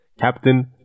Captain